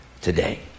today